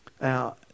Now